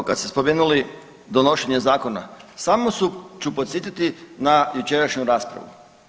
Evo kad ste spomenuli donošenje Zakona, samo ću podsjetiti na jučerašnju raspravu.